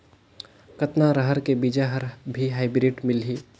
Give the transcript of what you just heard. कतना रहर के बीजा हर भी हाईब्रिड मिलही?